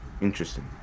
interesting